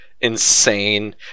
insane